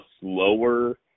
slower